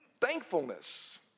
thankfulness